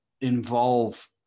involve